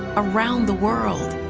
around the world.